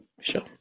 Sure